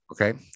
Okay